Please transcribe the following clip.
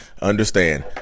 understand